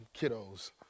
kiddos